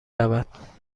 رود